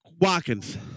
Watkins